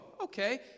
okay